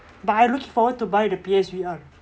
but I looking forward to buy the P_S_V_R